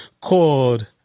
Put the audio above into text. called